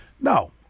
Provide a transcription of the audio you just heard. No